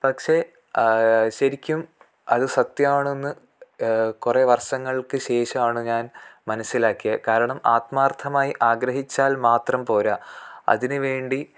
പക്ഷേ ശരിക്കും അത് സത്യമാണെന്ന് കുറേ വർഷങ്ങൾക്ക് ശേഷമാണ് ഞാൻ മനസ്സിലാക്കിയത് കാരണം ആത്മാർഥമായി ആഗ്രഹിച്ചാൽ മാത്രം പോരാ അതിന് വേണ്ടി